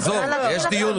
אני יכולה להראות לך.